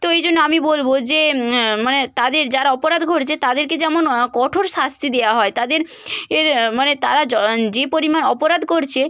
তো এই জন্য আমি বলব যে মানে তাদের যারা অপরাধ করছে তাদেরকে যেমন কঠোর শাস্তি দেওয়া হয় তাদের এর মানে তারা য যে পরিমাণ অপরাধ করছে